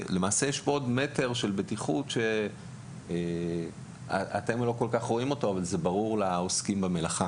עוד מטר של בטיחות שאתם לא כל כך רואים אבל הוא ברור לעוסקים במלאכה.